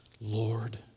Lord